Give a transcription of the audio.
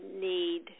need